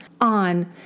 on